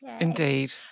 Indeed